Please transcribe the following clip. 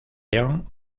lyon